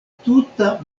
tuta